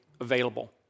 available